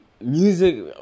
music